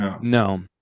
No